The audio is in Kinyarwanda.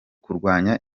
kurwanya